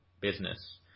business